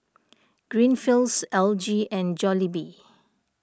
Greenfields L G and Jollibee